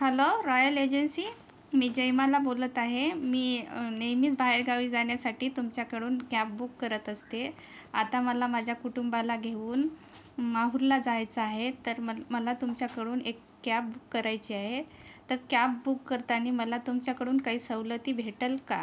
hello royal agency मी जयमाला बोलत आहे मी नेहमीच बाहेरगावी जाण्यासाठी तुमच्याकडून कॅब बुक करत असते आता मला माझ्या कुटुंबाला घेऊन माहूरला जायचं आहे तर म मला तुमच्याकडून एक कॅब बुक करायची आहे तर कॅब बुक करताना मला तुमच्याकडून काही सवलती भेटेल का